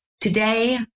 Today